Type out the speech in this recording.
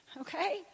okay